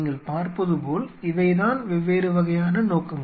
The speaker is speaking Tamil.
நீங்கள் பார்ப்பதுபோல் இவைதான் வெவ்வேறு வகையான நோக்கங்கள்